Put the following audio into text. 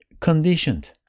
conditioned